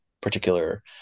particular